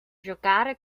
giocare